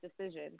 decision